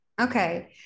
Okay